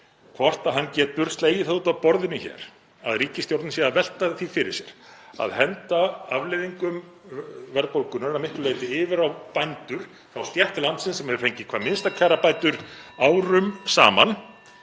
hvort hann geti slegið það út af borðinu hér að ríkisstjórnin sé að velta því fyrir sér að henda afleiðingum verðbólgunnar að miklu leyti yfir á bændur, þá stétt landsins sem hefur fengið hvað minnstar kjarabætur árum saman,